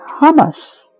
hummus